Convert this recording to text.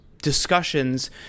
discussions